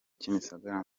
kimisagara